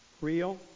real